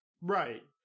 Right